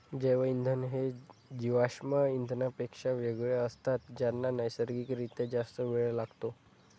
जैवइंधन हे जीवाश्म इंधनांपेक्षा वेगळे असतात ज्यांना नैसर्गिक रित्या जास्त वेळ लागतो